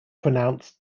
pronounced